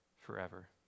forever